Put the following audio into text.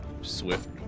swift